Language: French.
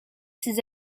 ses